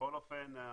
-- בכל אופן,